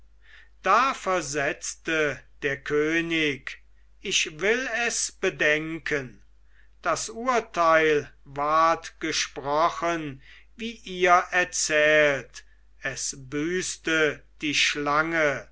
da versetzte der könig ich will es bedenken das urteil ward gesprochen wie ihr erzählt es büßte die schlange